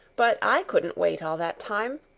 but i couldn't wait all that time.